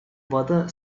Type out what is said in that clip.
вода